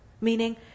Meaning